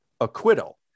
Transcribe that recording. acquittal